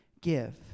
give